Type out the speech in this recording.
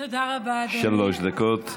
שלוש דקות.